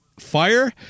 Fire